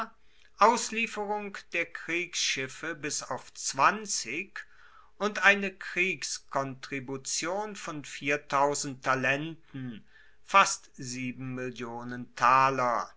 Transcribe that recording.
auslieferung der kriegsschiffe bis auf zwanzig und eine kriegskontribution von talenten